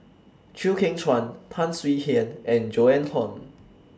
Chew Kheng Chuan Tan Swie Hian and Joan Hon